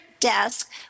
desk